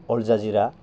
Al Jazeera